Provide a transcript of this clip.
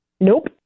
Nope